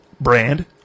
brand